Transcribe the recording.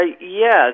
Yes